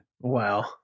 Wow